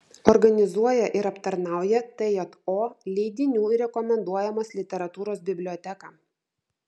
organizuoja ir aptarnauja tjo leidinių ir rekomenduojamos literatūros biblioteką